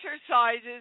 exercises